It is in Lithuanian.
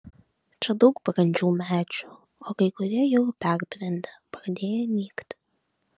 čia daug brandžių medžių o kai kurie jau ir perbrendę pradėję nykti